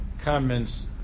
comments